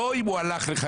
לא אם הוא הלך לחגיגה,